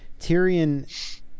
Tyrion